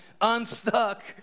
unstuck